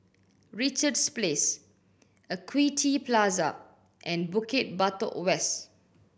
Richards Place Equity Plaza and Bukit Batok West